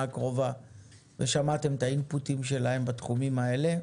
הקרובה ושמעתם את האינפוטים שלהם בתחומים האלה,